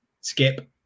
Skip